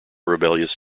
rebellious